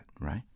right